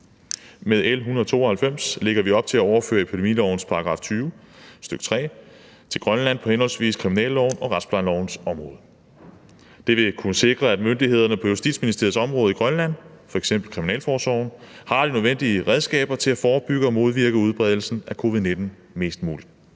Med L 192 lægger vi op til at overføre epidemilovens § 20, stk. 3, til Grønland på henholdsvis kriminallovens og retsplejelovens område. Det vil kunne sikre, at myndighederne på Justitsministeriets område i Grønland, f.eks. Kriminalforsorgen, har de nødvendige redskaber til at forebygge og modvirke udbredelsen af covid-19 mest muligt.